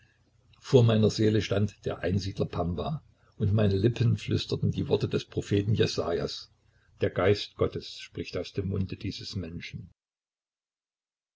vor meiner seele stand der einsiedler pamwa und meine lippen flüsterten die worte des propheten jesajas der geist gottes spricht aus dem munde dieses menschen